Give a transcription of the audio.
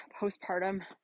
postpartum